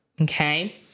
Okay